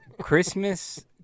Christmas